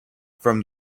from